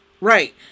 Right